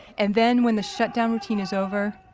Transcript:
and then when the shutdown routine is over,